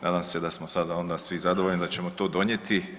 Nadam se da smo sada onda svi zadovoljni, da ćemo to donijeti.